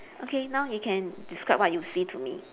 okay now you can describe what you see to me